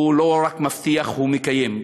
הוא לא רק מבטיח, הוא מקיים.